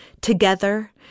Together